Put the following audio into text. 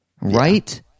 right